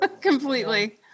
completely